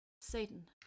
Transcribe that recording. Satan